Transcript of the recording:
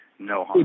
No